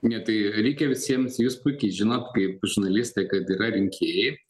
ne tai reikia visiems jūs puikiai žinot kaip žurnalistai kad yra rinkėjai